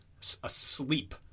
asleep